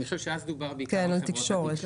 אני חושב שאז דובר בעיקר על חברות תקשורת,